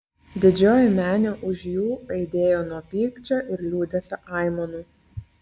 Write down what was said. didžioji menė už jų aidėjo nuo pykčio ir liūdesio aimanų